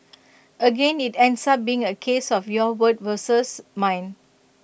again IT ends up being A case of your word versus mine